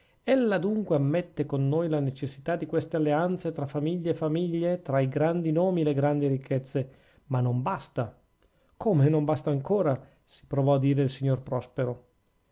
l'oratore ella dunque ammette con noi la necessità di queste alleanze tra famiglie e famiglie tra i grandi nomi e le grandi ricchezze ma non basta come non basta ancora si provò a dire il signor prospero